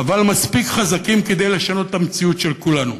אבל מספיק חזקים כדי לשנות את המציאות של כולנו.